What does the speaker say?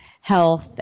health